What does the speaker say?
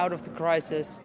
out of the crisis